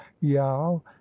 yao